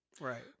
Right